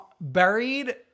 buried